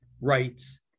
rights